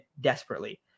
desperately